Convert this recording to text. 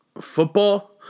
football